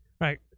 Right